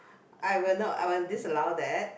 I will not I will disallow that